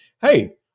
hey